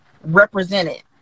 represented